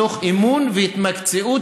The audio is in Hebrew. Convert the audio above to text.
מתוך אמון והתמקצעות,